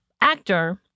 actor